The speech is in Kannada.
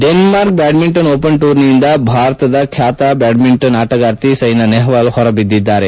ಡೆನ್ಟಾರ್ಕ್ ಬ್ಯಾಡ್ಮಿಂಟನ್ ಓಪನ್ ಟೂರ್ನಿಯಿಂದ ಭಾರತದ ಖ್ಯಾತ ಬ್ಯಾಡ್ಮಿಂಟನ್ ಅಟಗಾರ್ತಿ ಸೈನಾ ನೆಹ್ವಾಲ್ ಹೊರಬಿದ್ದಿದ್ದಾರೆ